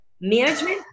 Management